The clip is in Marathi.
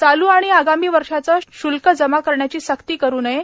चालू आणि आगामी वर्षाचे शुल्क जमा करण्याची सक्ती करु नये